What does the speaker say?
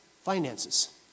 finances